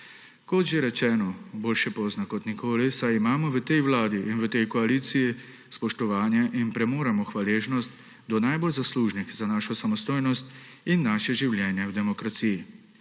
Kot že rečeno, boljše pozno kot nikoli, saj imamo v tej vladi in v tej koaliciji spoštovanje in premoremo hvaležnost do najbolj zaslužnih za našo samostojnost in naše življenje v demokraciji.